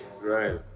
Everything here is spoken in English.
Right